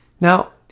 Now